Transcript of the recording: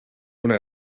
una